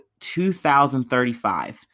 2035